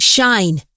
Shine